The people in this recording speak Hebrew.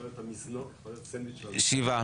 שבעה.